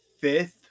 fifth